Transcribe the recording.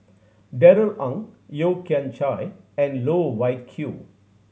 Darrell Ang Yeo Kian Chai and Loh Wai Kiew